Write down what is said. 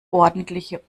ordentliche